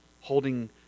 holding